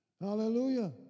Hallelujah